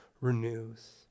renews